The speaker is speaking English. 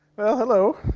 well, hello.